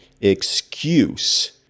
excuse